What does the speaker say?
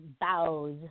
bows